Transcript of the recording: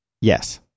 Yes